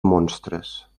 monstres